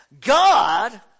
God